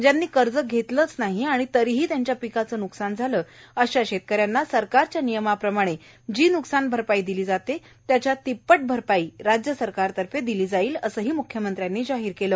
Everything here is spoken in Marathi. ज्यांनी कर्ज घेतलं नाही आणि तरीही त्यांच्या पिकाचं न्कसान झालं आहे अशा शेतकऱ्यांना सरकारच्या नियमाप्रमाणे जी न्कसान भरपाई दिली जाते त्याच्या तिप्पट भरपाई राज्य सरकारतर्फे दिली जाणार आहे असंही मुख्यमंत्र्यांनी जाहीर केलं